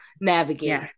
navigate